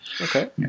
Okay